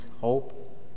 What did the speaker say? hope